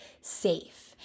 safe